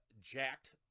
jacked